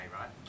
right